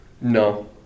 no